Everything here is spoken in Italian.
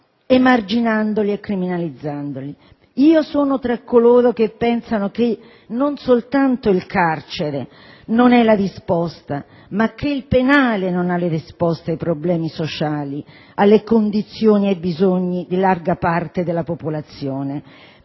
emarginandoli e criminalizzandoli. Io sono tra coloro che pensano non soltanto che il carcere non è la risposta, ma che il penale non ha le risposte ai problemi sociali, alle condizioni e ai bisogni di larga parte della popolazione.